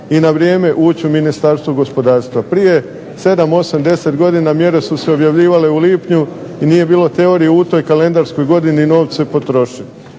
i na vrijeme ući u Ministarstvo gospodarstva. Prije 7,8, 10 godina mjere su se objavljivanje u lipnju i nije bilo teorije u toj kalendarskoj godini novce potrošiti.